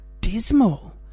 dismal